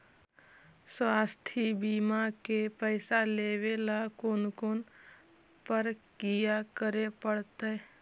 स्वास्थी बिमा के पैसा लेबे ल कोन कोन परकिया करे पड़तै?